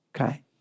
okay